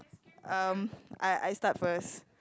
um I I start first